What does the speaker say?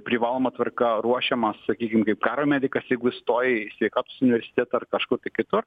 privaloma tvarka ruošiamas sakykim kaip karo medikas jeigu įstojai į sveikatos universitetą ar kažkur tai kitur